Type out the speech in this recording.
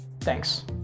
Thanks